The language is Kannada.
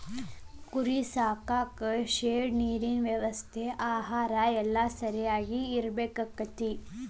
ಕುರಿ ಸಾಕಾಕ ಶೆಡ್ ನೇರಿನ ವ್ಯವಸ್ಥೆ ಆಹಾರಾ ಎಲ್ಲಾ ಸರಿಯಾಗಿ ಇರಬೇಕಕ್ಕತಿ